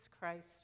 Christ